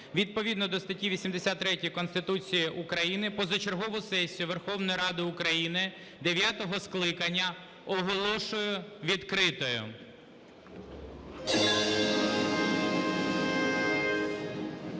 Відповідно до статті 83 Конституції України позачергову сесію Верховної Ради України дев'ятого скликання оголошую відкритою.